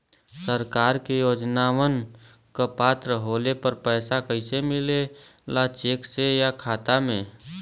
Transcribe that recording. सरकार के योजनावन क पात्र होले पर पैसा कइसे मिले ला चेक से या खाता मे?